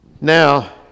Now